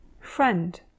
friend